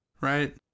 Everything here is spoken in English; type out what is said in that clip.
right